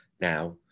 now